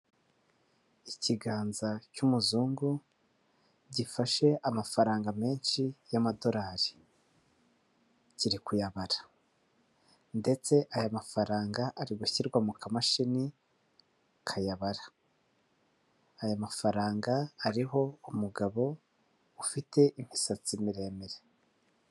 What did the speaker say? Ikiganza cy'umuzungu gifashe amafaranga menshi y'amadorari, kiri kuyabara ndetse aya mafaranga ari gushyirwa mu kamashini kayabara, aya mafaranga hariho umugabo ufite imisatsi miremire.